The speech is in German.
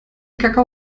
kakao